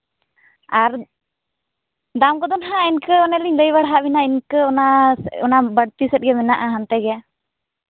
ᱟᱨ ᱫᱟᱢ ᱠᱚᱫᱚ ᱱᱟᱦᱟᱜ ᱤᱱᱠᱷᱟᱹ ᱚᱱᱮ ᱞᱤᱧ ᱞᱟᱹᱭ ᱵᱟᱲᱟ ᱟᱜ ᱵᱮᱱᱟ ᱤᱱᱠᱟᱹ ᱚᱱᱟ ᱵᱟᱹᱲᱛᱤ ᱥᱮᱜ ᱜᱮ ᱢᱮᱱᱟᱜᱼᱟ ᱦᱟᱱᱛᱮ ᱜᱮ